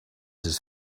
his